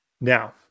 Now